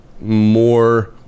more